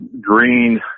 green